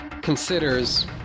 considers